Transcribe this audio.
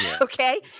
okay